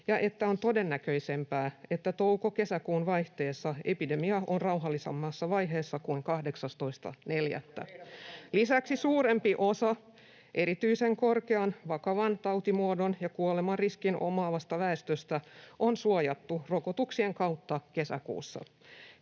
ja että on todennäköisempää, että touko—kesäkuun vaihteessa epidemia on rauhallisemmassa vaiheessa kuin 18.4. Lisäksi suurempi osa erityisen korkean vakavan tautimuodon ja kuolemanriskin omaavasta väestöstä on suojattu rokotuksien kautta kesäkuussa.